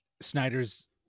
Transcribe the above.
Snyder's